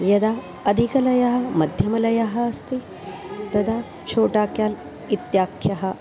यदा अधिकलयः मध्यमलयः अस्ति तदा छोटाक्याल् इत्याख्यः